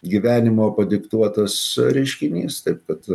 gyvenimo padiktuotas reiškinys taip bet